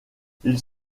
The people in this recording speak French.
ils